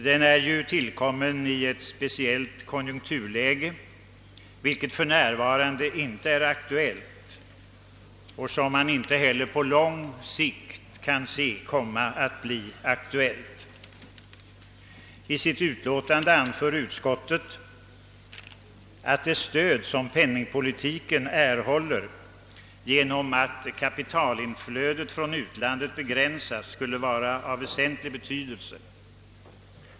Den är ju tillkommen i ett speciellt konjunkturläge, vilket för närvarande inte är aktuellt och inte heller på lång sikt kan antas komma att bli det. I sitt utlåtande hävdar utskottet att det »stöd som penningpolitiken erhåller genom att kapitalinflödet från utlandet begränsas» skulle vara av väsentlig betydelse.